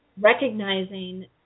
recognizing